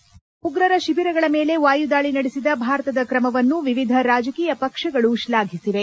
ಪಾಕಿಸ್ತಾನದ ಉಗ್ರರ ಶಿಬಿರಗಳ ಮೇಲೆ ವಾಯುದಾಳಿ ನಡೆಸಿದ ಭಾರತದ ಕ್ರಮವನ್ನು ವಿವಿಧ ರಾಜಕೀಯ ಪಕ್ಷಗಳು ಶ್ಲಾಘಿಸಿವೆ